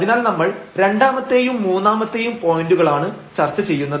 അതിനാൽ നമ്മൾ രണ്ടാമത്തേയും മൂന്നാമത്തെയും പോയന്റുകളാണ് ചർച്ച ചെയ്യുന്നത്